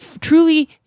truly